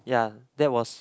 ya that was